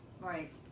Right